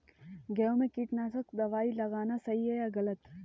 गेहूँ में कीटनाशक दबाई लगाना सही है या गलत?